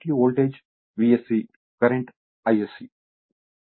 కాబట్టి voltage Vsc current Isc